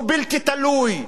הוא בלתי תלוי,